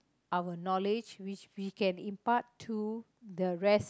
our knowledge which we can impart to the rest